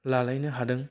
लालायनो हादों